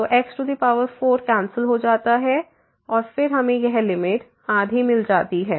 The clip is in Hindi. तो x4 कैंसल हो जाता है और फिर हमें यह लिमिट आधी मिल जाती है